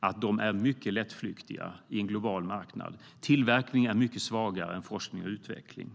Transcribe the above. att de är lättflyktiga på en global marknad. Tillverkning är mycket svagare än forskning och utveckling.